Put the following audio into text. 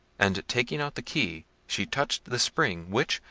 and, taking out the key, she touched the spring, which,